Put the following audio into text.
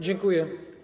Dziękuję.